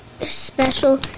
special